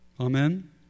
Amen